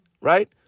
right